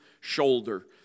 shoulder